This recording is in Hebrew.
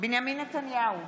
בנימין נתניהו,